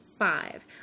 Five